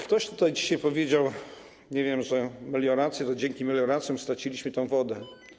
Ktoś tutaj dzisiaj powiedział, nie wiem, że melioracja, że dzięki melioracjom straciliśmy tę wodę.